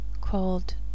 called